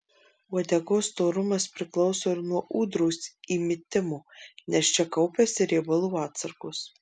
uodegos storumas priklauso ir nuo ūdros įmitimo nes čia kaupiasi riebalų atsargos